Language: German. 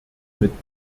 mit